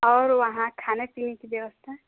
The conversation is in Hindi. और वहाँ खाने पीने की व्यवस्था